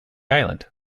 island